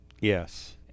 Yes